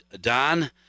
Don